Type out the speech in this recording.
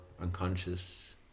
unconscious